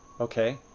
okay.